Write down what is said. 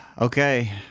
Okay